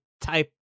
type